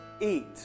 eat